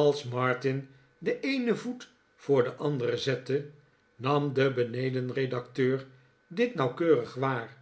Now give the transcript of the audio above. als martin den eenen voet voor den anderen zette nam de beneden redacteur dit nauwkeurig waar